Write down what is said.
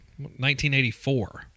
1984